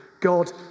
God